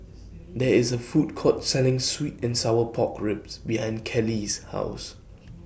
There IS A Food Court Selling Sweet and Sour Pork Ribs behind Kellee's House